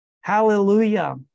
Hallelujah